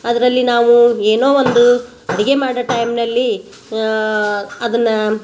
ಅದರಲ್ಲಿ ನಾವು ಏನೋ ಒಂದು ಅಡಿಗೆ ಮಾಡೋ ಟೈಮ್ನಲ್ಲಿ ಅದನ್ನ